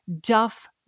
Duff